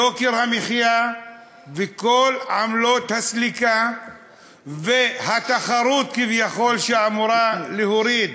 יוקר המחיה וכל עמלות הסליקה והתחרות כביכול שאמורה להוריד